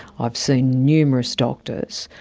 i have seen numerous doctors,